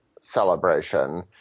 celebration